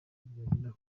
byagenda